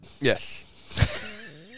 Yes